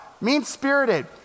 Mean-spirited